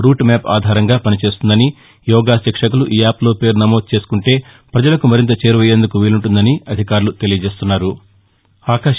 route map ఆధారంగా పని చేస్తుందని యోగా శిక్షకులు ఈ యాప్లో పేరు నమోదు చేసుకుంటే పజలకు మరింత చేరువయ్యేందుకు వీలుంటుందని అధికారులు తెలిపారు